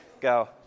Go